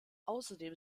außerdem